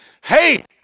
Hey